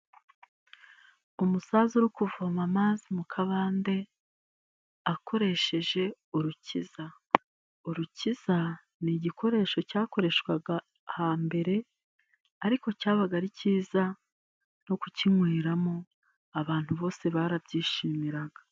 Umusaza uri kuvoma amazi mu kabande akoresheje urukiza. Urukiza ni igikoresho cyakoreshwaga hambere, ariko cyabaga ari cyiza no kukinyweramo, abantu bose barabyishimiraga.